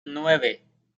nueve